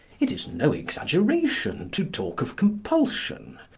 it is no exaggeration to talk of compulsion.